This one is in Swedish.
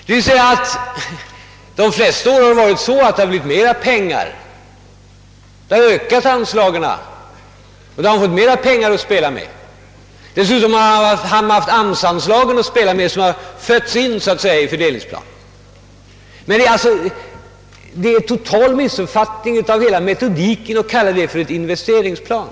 De flesta år har det varit så att det har blivit mer pengar än planen förutsatt; anslagen har ökat, och då har man fått mer pengar att spela med. Dessutom har man haft ams-anslaget, som så att säga fötts in i fördelningsplanen, att spela med. Det är en total missuppfattning av hela metodiken att kalla det för en investeringsplan.